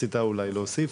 יש לך משהו להוסיף?